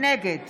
נגד